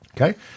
Okay